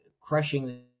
crushing